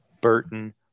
Burton